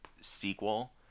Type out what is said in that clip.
sequel